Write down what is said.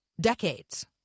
decades